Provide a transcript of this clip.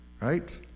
right